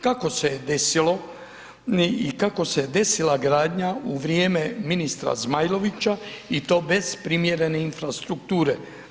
Kako se je desilo i kako se desila gradnja u vrijeme ministra Zmajlovića i to bez primjerene infrastrukture?